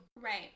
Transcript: Right